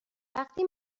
وقتی